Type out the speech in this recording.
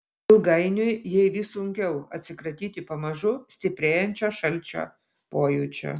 ilgainiui jai vis sunkiau atsikratyti pamažu stiprėjančio šalčio pojūčio